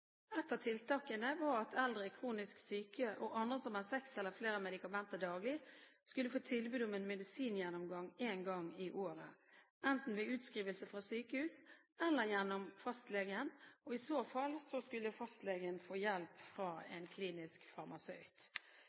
Et av tiltakene var at eldre kronisk syke og andre som tok seks eller flere medikamenter daglig, skulle få tilbud om en medisingjennomgang én gang i året, enten ved utskrivelse fra sykehus eller gjennom fastlegen. I så fall skulle fastlegen få hjelp fra en klinisk farmasøyt.